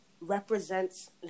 represents